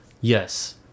Yes